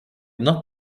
not